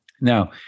Now